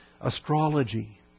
astrology